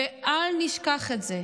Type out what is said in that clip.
ואל נשכח את זה.